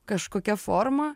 kažkokia forma